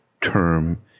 term